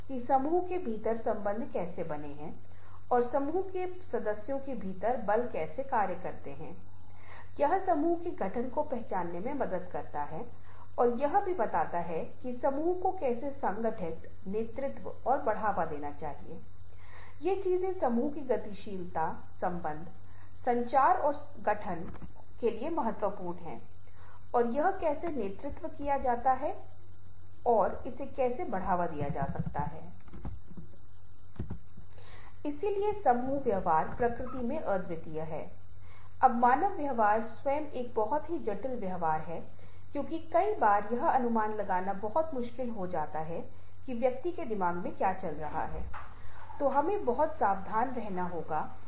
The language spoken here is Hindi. हर बार शीर्षक उस कहानी के अर्थ को बदल देता है जिसके बारे में आप लिखते हैं वह बदल जाती है मैंने इसे छात्रों की एक कक्षा के साथ आज़माया और हर बार शीर्षक के लिए कहानियाँ अलग अलग थीं जब हम कहते हैं कि 10 लोगों को एक शीर्षक के साथ एक छवि दी गई थी अन्य 10 लोगों को दूसरे शीर्षक के साथ एक ही छवि दी गई थी और उन्हें इसका आकलन करने और इसे समझने के लिए कहा गया था उन्होंने इसे बहुत अलग तरीके से समझा